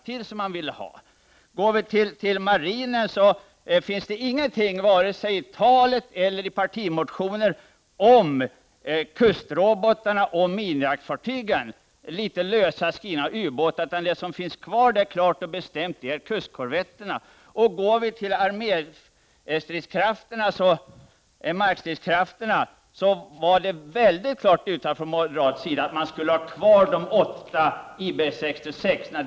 När det gäller marinen finns det ingenting, vare sig i Carl Bildts tal eller i moderaternas partimotion om kustrobotorna och minjaktfartygen. Det skrivs litet löst om ubåtar. Det som finns kvar klart och bestämt är kustkorvetterna. Beträffande markstridskrafterna uttalade moderaterna mycket klart att de 47 ville ha kvar de åtta IB 66-orna.